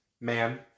man